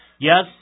Yes